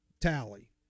tally